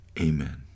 Amen